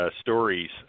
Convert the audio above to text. stories